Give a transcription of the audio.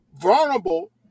vulnerable